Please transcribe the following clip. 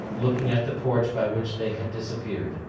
looking at the porch by which they had disappeared.